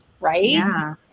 right